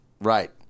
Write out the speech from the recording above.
Right